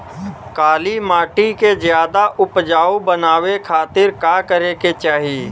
काली माटी के ज्यादा उपजाऊ बनावे खातिर का करे के चाही?